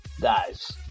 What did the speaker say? guys